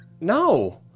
No